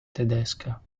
tedesca